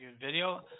video